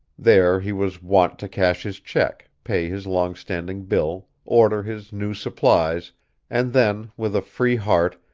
there he was wont to cash his check, pay his longstanding bill, order his new supplies and then, with a free heart,